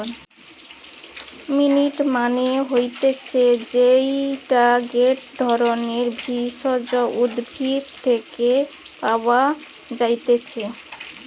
mint মানে হতিছে যেইটা গটে ধরণের ভেষজ উদ্ভিদ থেকে পাওয় যাই্তিছে